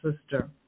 sister